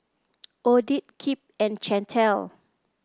Odette Kipp and Chantel